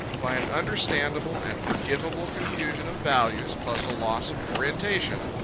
by an understandable and forgivable confusion of values, plus a loss of orientation,